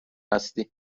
هستی